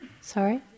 Sorry